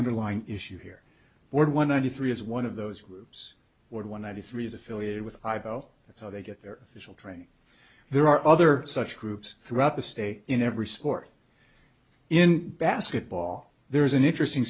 underlying issue here where one ninety three is one of those groups where one ninety three is affiliated with ivo so they get their official training there are other such groups throughout the state in every sport in basketball there is an interesting